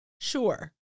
Sure